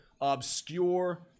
obscure